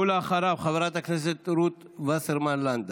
אחריו, חברת הכנסת רות וסרמן לנדה,